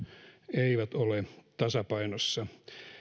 eivät ole tasapainossa